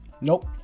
Nope